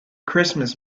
christmas